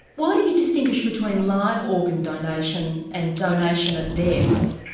why do you distinguish between live organ donation and donation at death?